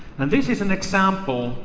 and this is an example